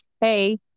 hey